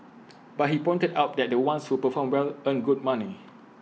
but he pointed out that the ones who perform well earn good money